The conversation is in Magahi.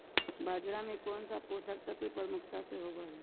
बाजरा में कौन सा पोषक तत्व प्रमुखता से होबा हई?